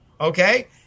Okay